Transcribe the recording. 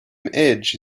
edge